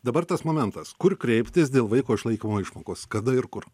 dabar tas momentas kur kreiptis dėl vaiko išlaikymo išmokos kada ir kur